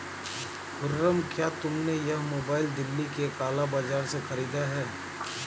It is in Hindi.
खुर्रम, क्या तुमने यह मोबाइल दिल्ली के काला बाजार से खरीदा है?